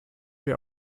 wir